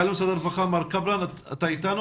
כן.